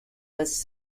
was